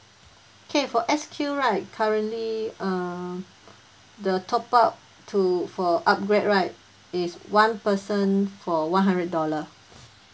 okay for S_Q right currently uh the top up to for upgrade right is one person for one hundred dollar